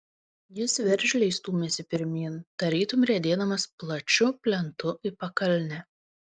jis veržliai stūmėsi pirmyn tarytum riedėdamas plačiu plentu į pakalnę